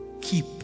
keep